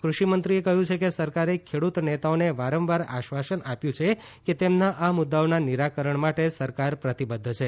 કૃષિમંત્રીએ કહ્યું કે સરકારે ખેડૂત નેતાઓને વારંવાર આશ્વાસન આપ્યું છે કે તેમનાં આ મુદ્દાઓનાં નિરાકરણ માટે સરકાર પ્રતિબધ્ધ છે